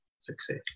success